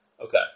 Okay